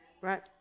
right